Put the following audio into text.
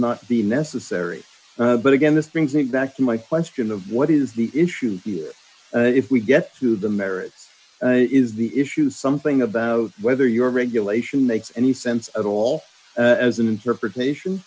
not be necessary but again this brings me back to my question of what is the issue if we get to the merits is the issue something about whether your regulation makes any sense at all as an interpretation